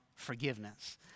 forgiveness